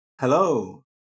Hello